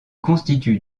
constitue